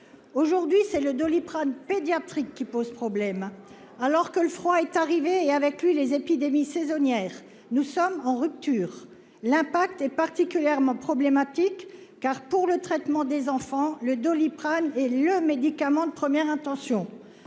Aujourd'hui c'est le Doliprane pédiatrique qui pose problème. Alors que le froid est arrivé et avec lui les épidémies saisonnières. Nous sommes en rupture. L'impact est particulièrement problématique car pour le traitement des enfants le Doliprane est le médicament de première intention,